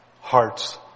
hearts